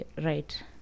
right